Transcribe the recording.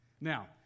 Now